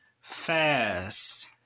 Fast